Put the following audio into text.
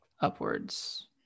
upwards